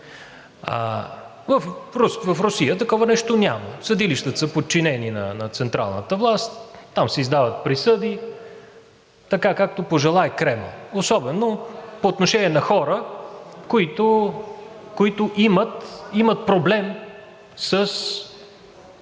В Русия такова нещо няма – съдилищата са подчинени на централната власт, там се издават присъди така, както пожелае Кремъл, особено по отношение на хора, които имат проблем с